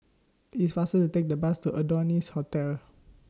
IT IS faster to Take The Bus to Adonis Hotel